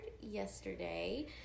yesterday